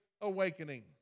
Awakening